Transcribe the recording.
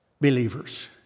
believers